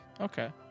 Okay